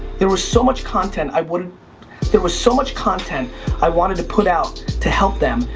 there was so much content, i would there was so much content i wanted to put out to help them,